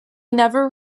never